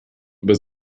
über